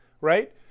right